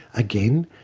again,